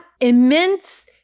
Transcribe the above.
immense